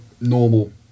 normal